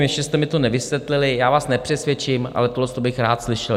Ještě jste mi to nevysvětlili já vás nepřesvědčím, ale tohle to bych rád slyšel.